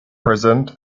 present